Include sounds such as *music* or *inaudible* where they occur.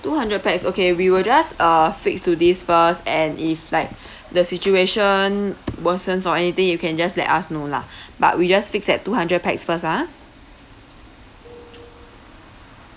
two hundred pax okay we will just uh fix to this first and if like *breath* the situation worsens or anything you can just let us know lah but we just fix at two hundred pax first ah